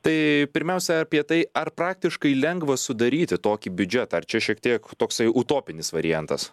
tai pirmiausia apie tai ar praktiškai lengva sudaryti tokį biudžetą ar čia šiek tiek toksai utopinis variantas